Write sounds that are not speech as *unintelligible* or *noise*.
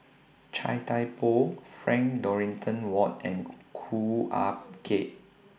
Chia Thye Poh Frank Dorrington Ward and *unintelligible* Ah Kay